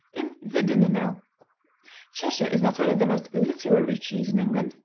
in the dinner knell cheshire is not only the most literary cheese in england,